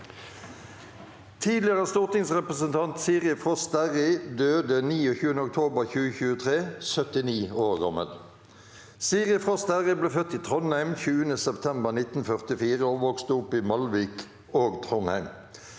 Tidligere stortingsrepresentant Siri Frost Sterri døde 29. oktober 2023, 79 år gammel. Siri Frost Sterri ble født i Trondheim 20. september 1944 og vokste opp i Malvik og Trondheim.